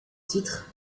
titre